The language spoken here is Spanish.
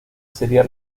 sería